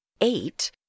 eight